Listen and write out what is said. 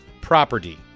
property